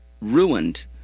ruined